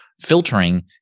Filtering